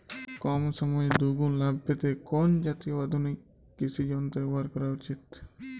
কম সময়ে দুগুন লাভ পেতে কোন জাতীয় আধুনিক কৃষি যন্ত্র ব্যবহার করা উচিৎ?